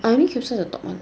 I only capsize the top one